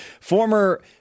Former